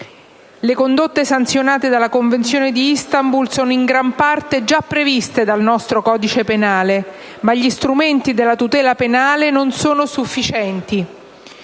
Le condotte sanzionate dalla Convenzione di Istanbul sono in gran parte già previste dal nostro codice penale, ma gli strumenti della tutela penale non sono sufficienti: